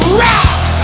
rock